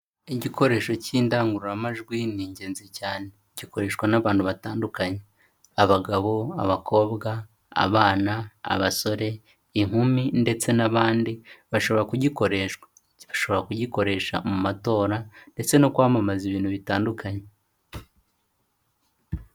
Igikoresho cy'indangururamajwi ni ingenzi cyane, gikoreshwa n'abantu batandukanye, abagabo, abakobwa, abana, abasore, inkumi ndetse n'abandi bashobora kugikoresha mu matora ndetse no kwamamaza ibintu bitandukanye.